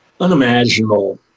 unimaginable